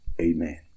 Amen